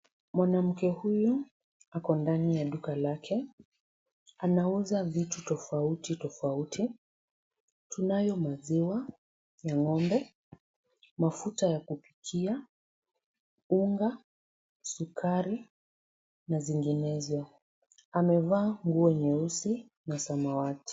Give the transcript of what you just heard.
Mwanamke huyu yuko ndani ya duka lake, anauza vitu tofauti tofauti. Tunayo maziwa ya ng'ombe, mafuta ya kupikia, unga, sukari na zinginezo. Amevaa nguo nyeusi na samawati.